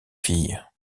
filles